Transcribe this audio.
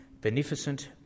beneficent